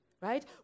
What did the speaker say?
right